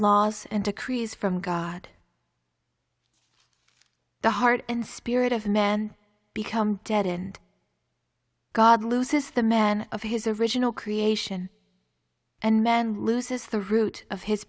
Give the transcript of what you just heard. laws and decrees from god the heart and spirit of men become deadened god loses the men of his original creation and men loses the root of his